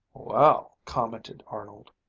well. commented arnold.